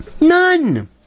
None